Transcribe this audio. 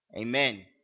Amen